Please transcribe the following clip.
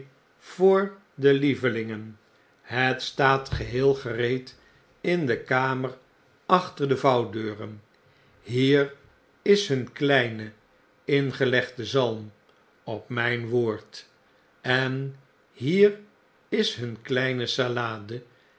voor de lievelingen het staat geheel gereed in de kamer achter de vouwdeuren hier is hun kleine ingelegde zalm op mijn woord eq hier is hun kleine salade